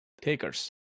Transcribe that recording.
takers